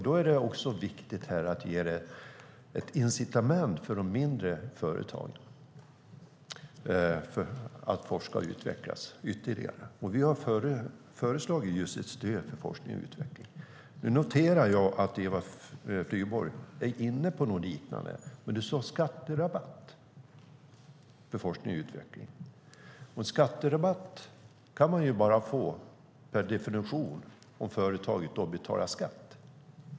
Då är det viktigt att ge incitament för de mindre företagen att forska och utvecklas ytterligare. Vi har föreslagit just ett stöd för forskning och utveckling. Nu noterar jag att Eva Flyborg är inne på något liknande. Men hon talade om skatterabatt för forskning och utveckling. En skatterabatt kan man per definition bara få om företaget betalar skatt.